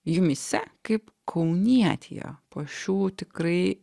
jumyse kaip kaunietė po šių tikrai